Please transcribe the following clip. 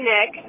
Nick